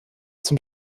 zum